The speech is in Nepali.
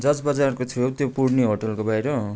जर्ज बजारको छेउ त्यो पूर्णे होटलको बाहिर